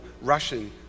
Russian